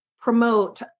promote